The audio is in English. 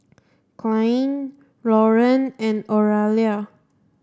Kylie Loren and Oralia